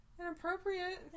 Inappropriate